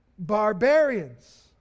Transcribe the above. Barbarians